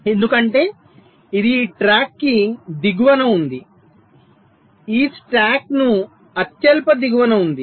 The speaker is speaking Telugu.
ఎందుకంటే ఇది ఈ ట్రాక్కి దిగువన ఉంది ఈ స్టాక్ను అత్యల్ప దిగువన ఉంది